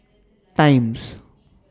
Times